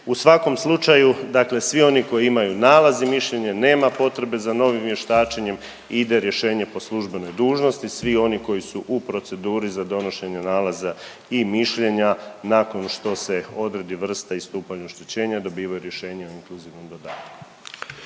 U svakom slučaju dakle svi oni koji imaju nalaz i mišljenje nema potrebe za novim vještačenjem i ide rješenje po službenoj dužnosti, svi oni koji su u proceduri za donošenje nalaza i mišljenja nakon što se odredi vrsta i stupanj oštećenja dobivaju rješenja o inkluzivnom dodatku.